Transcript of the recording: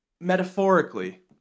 Metaphorically